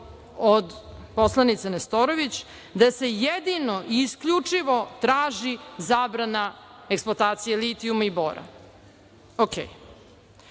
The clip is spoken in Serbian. od poslanice Nestorović da se jedino i isključivo traži zabrana eksploatacije litijuma i bora.